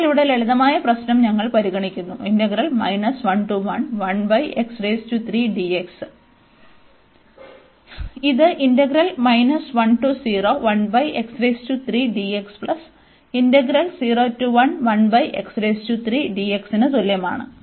അതിനാൽ ഇവിടെ ലളിതമായ പ്രശ്നം ഞങ്ങൾ പരിഗണിക്കുന്നു ഇത് ന് തുല്യമാണ്